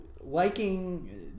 liking